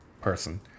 person